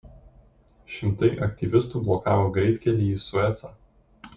šimtai aktyvistų blokavo greitkelį į suecą